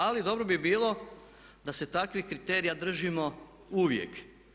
Ali dobro bi bilo da se takvih kriterija držimo uvijek.